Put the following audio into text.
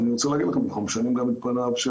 ואני רוצה להגיד לכם: אנחנו משנים גם את פניו של